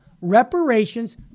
reparations